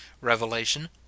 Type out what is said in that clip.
Revelation